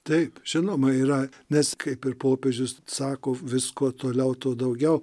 taip žinoma yra nes kaip ir popiežius sako vis kuo toliau tuo daugiau